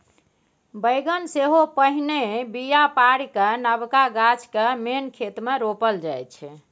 बेगन सेहो पहिने बीया पारि कए नबका गाछ केँ मेन खेत मे रोपल जाइ छै